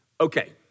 okay